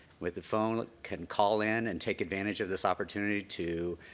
with the phone, can call in and take advantage of this opportunity to,